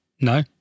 no